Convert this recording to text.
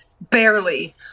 Barely